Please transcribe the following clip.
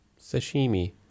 sashimi